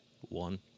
one